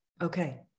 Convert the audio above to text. Okay